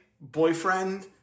boyfriend